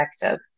effective